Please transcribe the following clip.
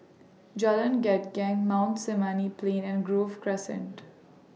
Jalan Gendang Mount Sinai Plain and Grove Crescent